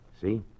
See